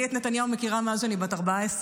אני את נתניהו מכירה מאז שאני בת 14,